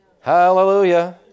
Hallelujah